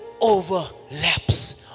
overlaps